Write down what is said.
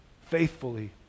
faithfully